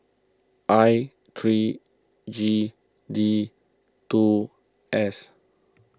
I three G D two S